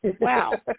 Wow